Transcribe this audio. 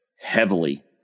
heavily